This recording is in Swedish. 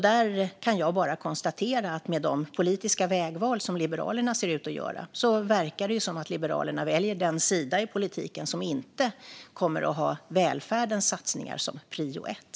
Där kan jag bara konstatera att med de politiska vägval som Liberalerna ser ut att göra verkar det som att de väljer den sida i politiken som inte kommer att ha välfärdens satsningar som prio ett.